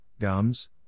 gums